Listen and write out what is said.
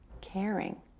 caring